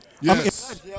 Yes